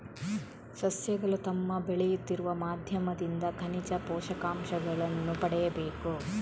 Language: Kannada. ಸಸ್ಯಗಳು ತಮ್ಮ ಬೆಳೆಯುತ್ತಿರುವ ಮಾಧ್ಯಮದಿಂದ ಖನಿಜ ಪೋಷಕಾಂಶಗಳನ್ನು ಪಡೆಯಬೇಕು